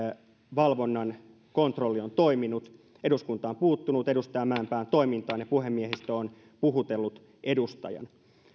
valvonnan kontrolli on toiminut eduskunta on puuttunut edustaja mäenpään toimintaan ja puhemiehistö on puhutellut edustajaa